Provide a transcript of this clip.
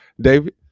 David